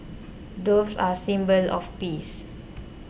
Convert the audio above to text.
doves are a symbol of peace